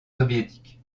soviétiques